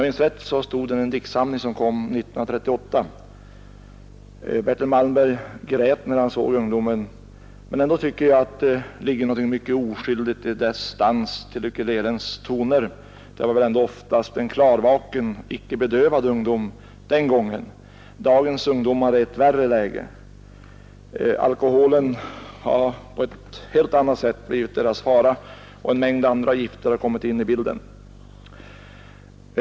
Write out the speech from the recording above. ” Erik Axel Karlfeldt grät när han såg ungdomen. Men ändå tycker jag att det ligger något mycket oskyldigt i dess dans då till ukulelens toner. Det var väl oftast en klarvaken, icke bedövad ungdom den gången. Dagens ungdom är i ett värre läge. Alkoholen har på ett helt annat sätt blivit dess fara, och en mängd andra gifter har kommit in i bilden.